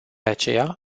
aceea